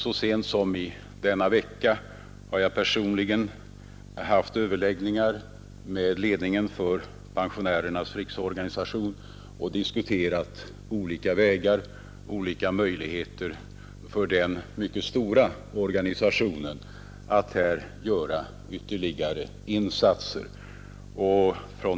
Så sent som denna vecka har jag personligen haft överläggningar med ledningen för Pensionärernas riksorganisation och diskuterat olika möjligheter för den mycket stora organisationen att här göra ytterligare insatser.